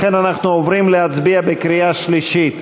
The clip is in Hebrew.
לכן אנחנו עוברים להצביע בקריאה שלישית.